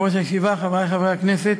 אדוני יושב-ראש הישיבה, חברי חברי הכנסת,